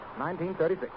1936